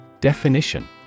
Definition